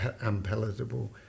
unpalatable